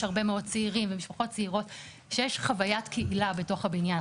הרבה מאוד צעירים ויש משפחות צעירות שיש חווית קהילה בתוך הבניין.